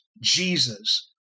Jesus